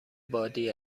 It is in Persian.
بادی